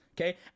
okay